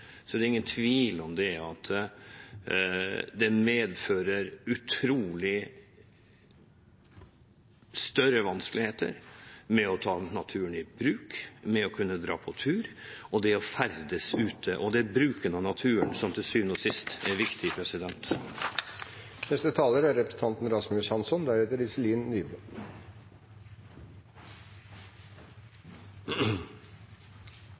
det ingen tvil om at det medfører utrolig store vanskeligheter med å ta naturen i bruk, å kunne dra på tur og å ferdes ute. Det er bruken av naturen som til syvende og sist er viktig.